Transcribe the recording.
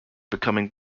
becoming